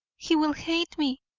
he will hate me,